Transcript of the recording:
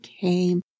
came